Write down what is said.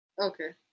okay